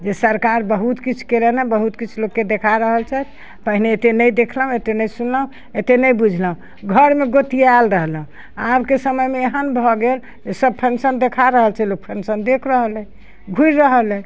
जे सरकार बहुत किछु केलनि हँ बहुत किछु लोकके देखा रहल छथि पहिने एतेक नहि देखलहुँ एतेक नहि सुनलहुँ एतेक नहि बुझलहुँ घरमे गोँतिआएल रहलहुँ आबके समयमे एहन भऽ गेल जे सब फँक्शन देखा रहल छै लोक फँक्शन देखि रहल अइ घुरि रहल अइ